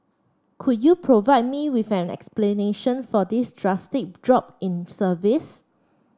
could you provide me with an explanation for this drastic drop in service